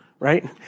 Right